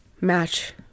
Match